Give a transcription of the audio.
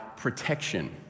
protection